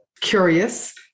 curious